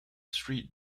street